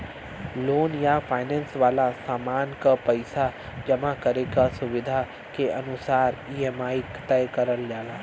loan या finance वाला सामान क पइसा जमा करे क सुविधा के अनुसार ई.एम.आई तय करल जाला